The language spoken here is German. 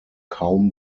kaum